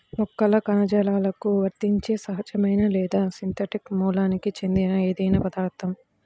మొక్కల కణజాలాలకు వర్తించే సహజమైన లేదా సింథటిక్ మూలానికి చెందిన ఏదైనా పదార్థం